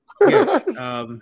Yes